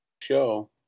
show